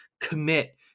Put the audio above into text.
commit